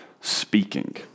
speaking